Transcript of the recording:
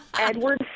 Edward